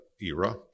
era